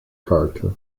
character